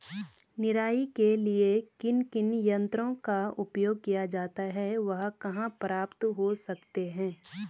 निराई के लिए किन किन यंत्रों का उपयोग किया जाता है वह कहाँ प्राप्त हो सकते हैं?